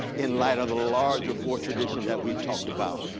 in light of the larger four traditions that we've talked about,